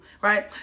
right